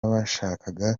bashakaga